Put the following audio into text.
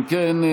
אם כן,